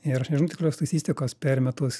ir aš nežinau tikros statistikos per metus